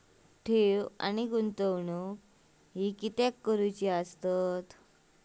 ठेव आणि गुंतवणूक हे कित्याक करुचे असतत?